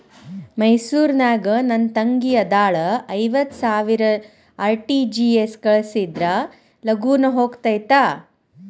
ಮೈಸೂರ್ ನಾಗ ನನ್ ತಂಗಿ ಅದಾಳ ಐವತ್ ಸಾವಿರ ಆರ್.ಟಿ.ಜಿ.ಎಸ್ ಕಳ್ಸಿದ್ರಾ ಲಗೂನ ಹೋಗತೈತ?